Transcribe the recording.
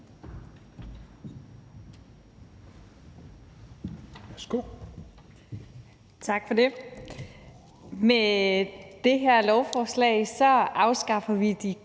Tak for det. Med det her lovforslag afskaffer vi de